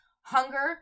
hunger